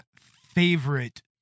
favorite